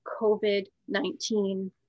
COVID-19